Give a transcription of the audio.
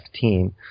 team